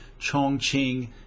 Chongqing